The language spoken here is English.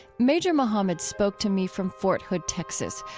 major muhammad spoke to me from fort hood, texas,